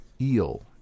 eel